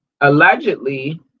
Allegedly